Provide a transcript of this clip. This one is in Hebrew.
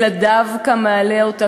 אלא דווקא מעלה אותו.